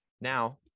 Now